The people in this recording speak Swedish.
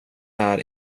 här